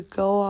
go